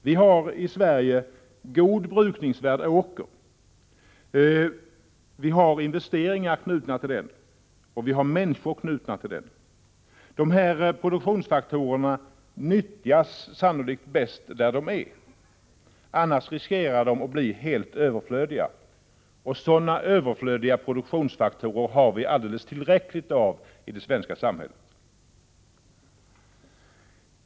Vi har i Sverige god brukningsvärd åkermark, som investeringar och människor är knutna till. Dessa produktionsfaktorer nyttjas sannolikt bäst där de är. Annars riskerar de att bli helt överflödiga. Sådana överflödiga produktionsfaktorer har vi alldeles tillräckligt av i det svenska samhället.